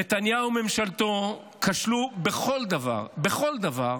נתניהו וממשלתו כשלו בכל דבר, בכל דבר